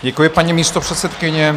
Děkuji, paní místopředsedkyně.